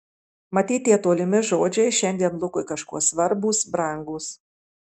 matyt tie tolimi žodžiai šiandien lukui kažkuo svarbūs brangūs